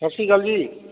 ਸਤਿ ਸ਼੍ਰੀ ਅਕਾਲ ਜੀ